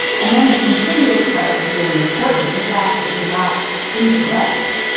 and then the continuous part is really important. the fact that you are not interrupted,